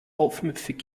aufmüpfig